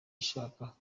ishaka